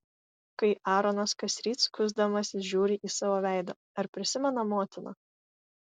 kai aaronas kasryt skusdamasis žiūri į savo veidą ar prisimena motiną